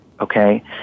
Okay